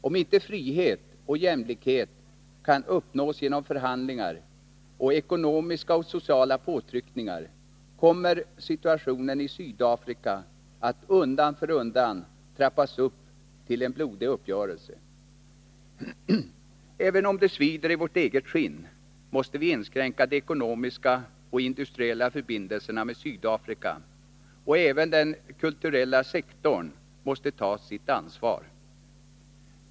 Om inte frihet och jämlikhet kan uppnås genom förhandlingar samt ekonomiska och sociala påtryckningar, kommer situationen i Sydafrika att undan för undan trappas upp till en blodig uppgörelse. Även om det svider i vårt eget skinn måste vi inskränka de ekonomiska och industriella förbindelserna med Sydafrika. Också den kulturella sektorn måste ta sitt ansvar.